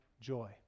joy